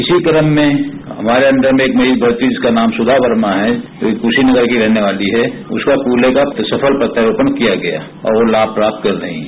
इसी क्रम में हमारे अण्डर में एक मरीज भर्ती है जिसका नाम सुधा वर्मा हैं वो कृशीनगर की रहने वाली है उसका कृत्हे का सफल प्रत्यारोपण किया गया है और लाभ प्राप्त कर रही है